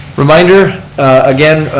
reminder again,